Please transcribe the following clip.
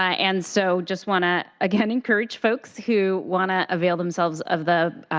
i and so just want to again encourage folks who want to avail themselves of the